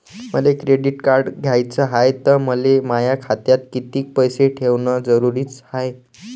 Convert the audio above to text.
मले credit card घ्याचं हाय, त मले माया खात्यात कितीक पैसे ठेवणं जरुरीच हाय?